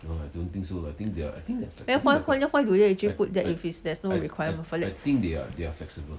then why why why do they actually put that if there's no requirement for that